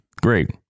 Great